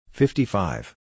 fifty-five